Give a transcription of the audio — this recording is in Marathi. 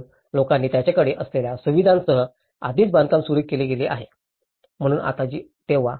म्हणूनच लोकांनी त्यांच्याकडे असलेल्या सुविधांसह आधीच बांधकाम सुरू केले आहे म्हणून आता जेव्हा